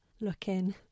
looking